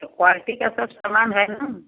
तो क्वालिटी का सब सामान है न